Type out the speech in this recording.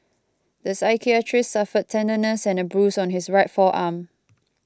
the psychiatrist suffered tenderness and a bruise on his right forearm